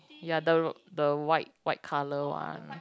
ya the the white white colour one